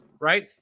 Right